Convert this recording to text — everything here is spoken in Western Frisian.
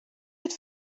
dit